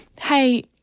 Hey